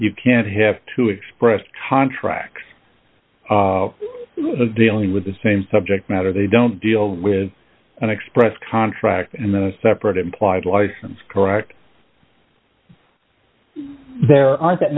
you can have to express contracts dealing with the same subject matter they don't deal with and express contract and then a separate implied license correct there aren't that